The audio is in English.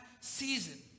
season